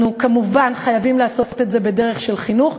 אנחנו כמובן חייבים לעשות את זה בדרך של חינוך,